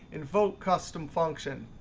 invoke custom function.